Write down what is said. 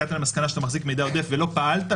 הגעת למסקנה שאתה מחזיק מידע עודף ולא פעלת,